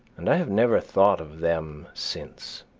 and i have never thought of them since.